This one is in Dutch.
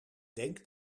denk